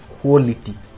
quality